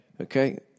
Okay